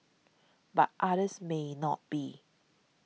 but others may not be